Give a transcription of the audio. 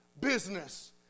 business